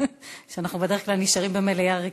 ואנחנו בדרך כלל נשארים במליאה ריקה.